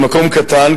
למקום קטן,